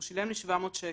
הוא שילם לי 700 שקל.